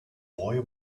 boy